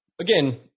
again